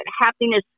happiness